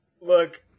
look